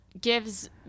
gives